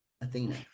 Athena